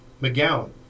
McGowan